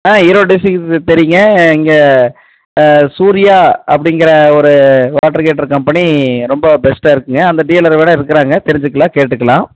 ஆ Erode district தெரியும்ங்க இங்கே சூர்யா அப்படிங்கிற ஒரு வாட்டர் ஹீட்டர் கம்பெனி ரொம்ப பெஸ்ட்டாக இருக்குங்க அந்த டீலர் கூட இருக்குறாங்க தெரிஞ்சுக்கலாம் கேட்டுக்கலாம்